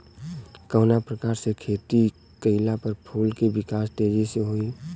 कवना प्रकार से खेती कइला पर फूल के विकास तेजी से होयी?